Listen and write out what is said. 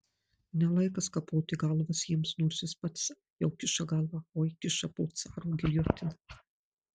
ne laikas kapoti galvas jiems nors jis pats jau kiša galvą oi kiša po caro giljotina